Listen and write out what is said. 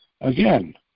again